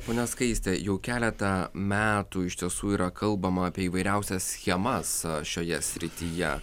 ponia skaiste jau keletą metų iš tiesų yra kalbama apie įvairiausias schemas šioje srityje